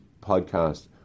podcast